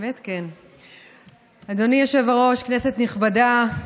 אדוני היושב-ראש, כנסת נכבדה,